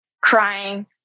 crying